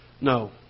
No